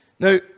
Now